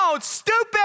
stupid